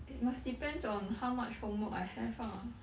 it must depends on how much homework I have ah